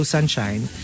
Sunshine